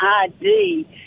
ID